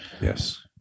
Yes